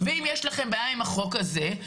ואם יש לכם בעיה עם החוק הזה,